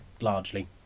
largely